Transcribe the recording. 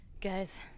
Guys